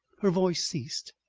her voice ceased.